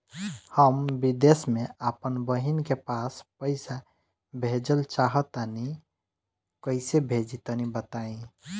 हम विदेस मे आपन बहिन के पास पईसा भेजल चाहऽ तनि कईसे भेजि तनि बताई?